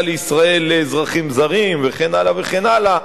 לישראל לאזרחים זרים וכן הלאה וכן הלאה,